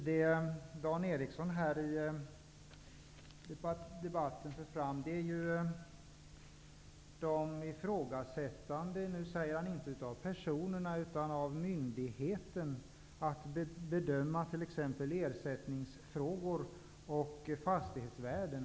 Dan Eriksson i Stockholm för i debatten fram ett ifrågasättande inte av personerna utan av myndigheten när det gäller att handlägga ersättningsfrågor och bedöma fastighetsvärden.